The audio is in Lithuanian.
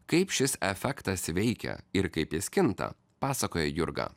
kaip šis efektas veikia ir kaip jis kinta pasakoja jurga